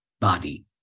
body